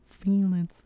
feelings